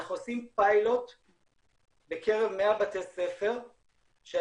אנחנו עושים פיילוט בקרב 100 בתי ספר שלא